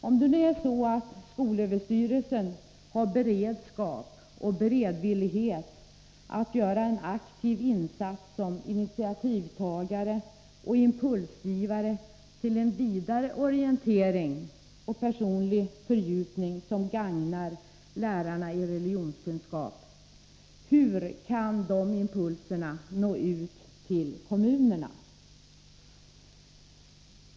Om skolöverstyrelsen har beredskap och beredvillighet att göra en aktiv insats som initiativtagare och impulsgivare syftande till en vidare orientering och personlig fördjupning som gagnar lärarna i religionskunskap, hur kan dessa impulser nå ut till kommunerna?